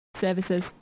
services